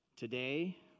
Today